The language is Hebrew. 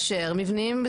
שאנחנו מדברים על